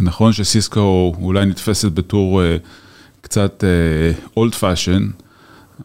נכון שסיסקו אולי נתפסת בתור קצת אולד פאשן